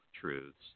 truths